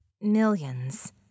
Millions